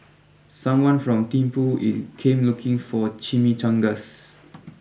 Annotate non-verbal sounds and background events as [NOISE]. someone from Thimphu [UNINTELLIGIBLE] came looking for Chimichangas